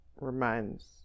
Reminds